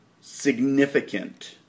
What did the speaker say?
significant